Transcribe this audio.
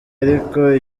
ariko